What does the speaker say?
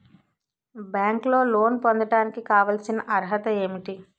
బ్యాంకులో లోన్ పొందడానికి కావాల్సిన అర్హత ఏంటి?